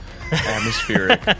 Atmospheric